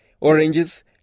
oranges